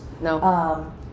No